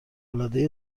العاده